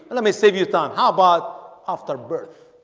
let me save you time. how about after birth?